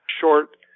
short